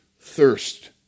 thirst